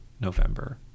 November